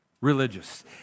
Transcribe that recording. religious